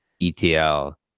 ETL